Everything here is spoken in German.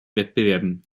wettbewerben